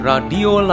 Radio